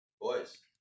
Boys